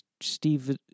Steve